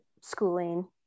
schooling